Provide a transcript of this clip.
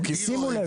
שימו לב,